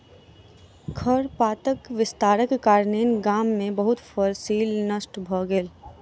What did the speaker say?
खरपातक विस्तारक कारणेँ गाम में बहुत फसील नष्ट भ गेल